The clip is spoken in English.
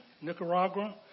Nicaragua